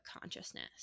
consciousness